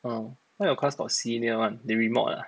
orh why your course got senior one they remod ah